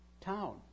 town